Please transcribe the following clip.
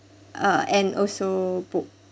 uh and also book